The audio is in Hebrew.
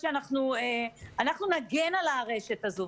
אנחנו נגן על הרשת הזו,